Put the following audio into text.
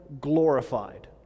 glorified